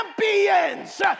champions